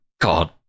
God